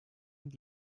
und